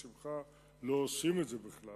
בשמחה לא היינו עושים את זה בכלל,